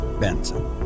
Benson